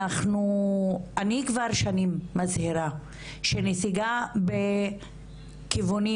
אני כבר שנים מזהירה שנסיגה בכיוונים